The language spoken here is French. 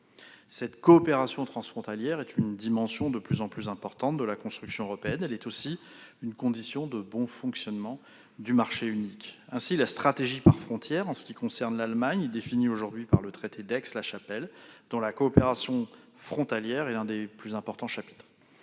Cette coopération transfrontalière est une dimension de plus en plus importante de la construction européenne ; elle est aussi une condition de bon fonctionnement du Marché unique. Ainsi, la stratégie par frontière, en ce qui concerne l'Allemagne, est définie aujourd'hui par le traité d'Aix-la-Chapelle, dont la coopération frontalière est l'un des plus importants chapitres.